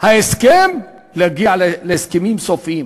ההסכם להגיע להסכמים סופיים.